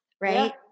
right